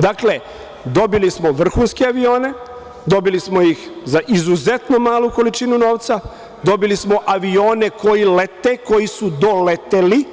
Dakle, dobili smo vrhunske avione, dobili smo ih za izuzetno malu količinu novca, dobili smo avione koji lete, koji su doleteli,